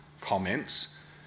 comments